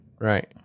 Right